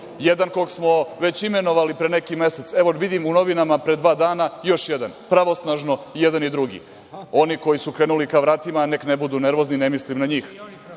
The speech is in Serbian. Jedan kog smo već imenovali pre neki mesec, evo, vidim u novinama pre dva dana, još jedan. Pravosnažno i jedan i drugi. Oni koji su krenuli ka vratima nek ne budu nervozni, ne mislim na njih.